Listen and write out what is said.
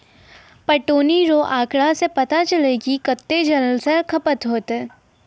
पटौनी रो आँकड़ा से पता चलै कि कत्तै जल रो खपत होतै